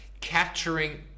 capturing